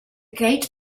gate